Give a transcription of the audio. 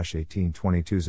1822